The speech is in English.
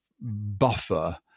buffer